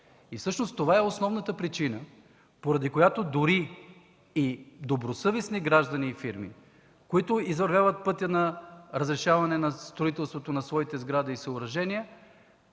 Всъщност това е основната причина, поради която дори и добросъвестни граждани и фирми, които извървяват пътя на разрешение за строителството на своите сгради и съоръжения,